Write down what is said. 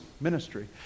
ministry